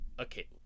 okay